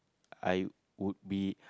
I would be